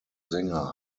sänger